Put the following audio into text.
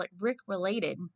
Rick-related